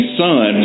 son